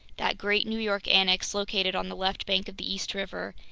that great new york annex located on the left bank of the east river,